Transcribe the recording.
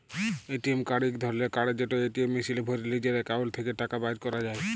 ATM card ইক ধরলের card যেট এটিএম মেশিলে ভ্যরে লিজের একাউল্ট থ্যাকে টাকা বাইর ক্যরা যায়